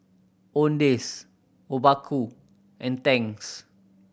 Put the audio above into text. Owndays Obaku and Tangs